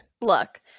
Look